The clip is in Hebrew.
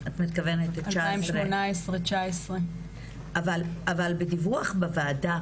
רוב הנשים הן נשים חסרות מעמד אבל אנחנו משלבים עם פלשתינאיות.